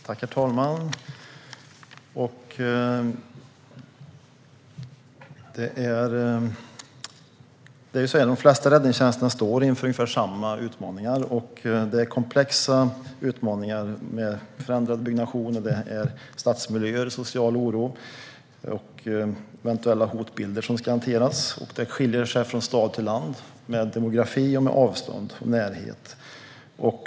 Herr talman! De flesta räddningstjänster står inför ungefär samma utmaningar. Det är komplexa utmaningar med förändrad byggnation, stadsmiljöer, social oro och eventuella hotbilder som ska hanteras. Det skiljer sig från stad till landsbygd med demografi, avstånd och närhet.